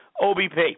OBP